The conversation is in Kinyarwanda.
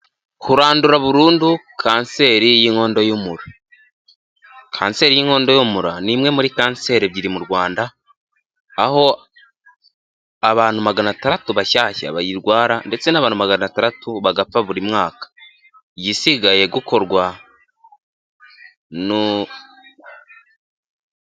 Kurandura burundu kanseri y'inkondo y'umura, kanseri y'inkondo y'umura ni imwe muri kanseri ebyiri mu Rwanda, aho abantu maganataratu bashyashya bayirwara ndetse n'abantu maganataratu bagapfa buri mwaka, igisigaye gukorwa